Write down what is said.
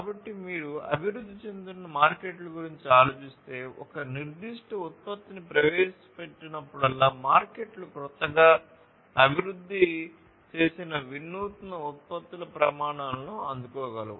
కాబట్టి మీరు అభివృద్ధి చెందుతున్న మార్కెట్ల గురించి ఆలోచిస్తే ఒక నిర్దిష్ట ఉత్పత్తిని ప్రవేశపెట్టినప్పుడల్లా మార్కెట్లు కొత్తగా అభివృద్ధి చేసిన వినూత్న ఉత్పత్తుల ప్రమాణాలను అందుకోగలవు